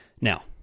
Now